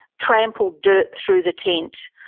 trampled dirt through the tent,